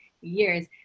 Years